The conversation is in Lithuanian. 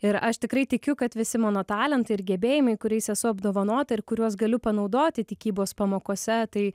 ir aš tikrai tikiu kad visi mano talentai ir gebėjimai kuriais esu apdovanota ir kuriuos galiu panaudoti tikybos pamokose tai